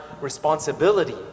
responsibility